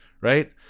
right